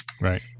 Right